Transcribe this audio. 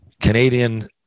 Canadian